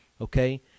okay